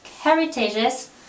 heritages